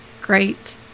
great